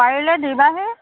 পাৰিলে দিবাহি